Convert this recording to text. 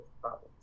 problems